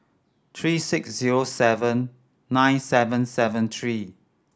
three six zero seven nine seven seven three